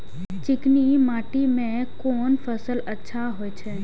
चिकनी माटी में कोन फसल अच्छा होय छे?